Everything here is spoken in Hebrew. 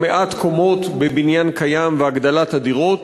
מעט קומות לבניין קיים והגדלת הדירות,